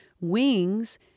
wings